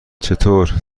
چطور